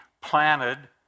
planted